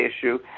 issue